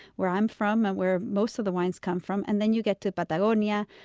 where i'm from and where most of the wines come from. and then you get to patagonia,